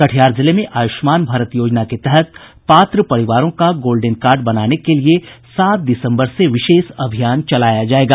कटिहार जिले में आयुष्मान भारत योजना के तहत पात्र परिवारों का गोल्डेन कार्ड बनाने के लिए सात दिसम्बर से विशेष अभियान चलाया जायेगा